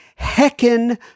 heckin